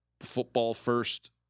football-first